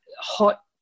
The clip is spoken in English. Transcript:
hot